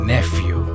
Nephew